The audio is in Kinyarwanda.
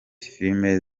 filime